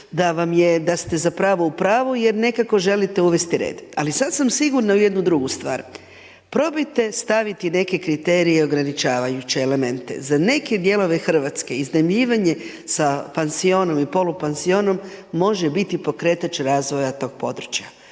da vam je, da ste zapravo u pravu jer nekako želite uvesti red. Ali sada sam sigurna u jednu drugu stvar. Probajte staviti neke kriterije ograničavajuće elemente. Za neke dijelove RH iznajmljivanje sa pansionom i polupansionom može biti pokretač razvoja toga područja.